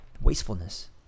Wastefulness